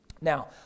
Now